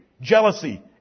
jealousy